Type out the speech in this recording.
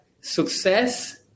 success